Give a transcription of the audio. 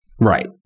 Right